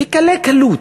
בקלי קלות,